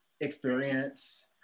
experience